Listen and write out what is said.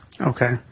Okay